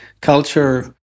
culture